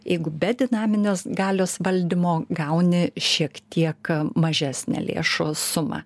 jeigu be dinaminios galios valdymo gauni šiek tiek mažesnę lėšų sumą